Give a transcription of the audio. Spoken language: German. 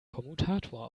kommutator